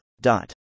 dot